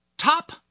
top